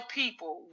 people